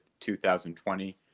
2020